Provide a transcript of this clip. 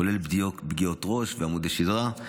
כולל פגיעות ראש ועמוד שדרה,